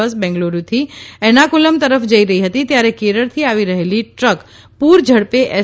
બસ બેંગાલુરૂથી એર્નાકુલમ તરફ જઇ રહી હતી ત્યારે કેરળથી આવી રહેલી ટ્રક પુર ઝડપે એસ